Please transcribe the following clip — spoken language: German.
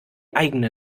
eigene